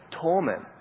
torment